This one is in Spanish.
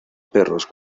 perros